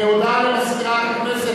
הודעה למזכירת הכנסת,